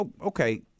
okay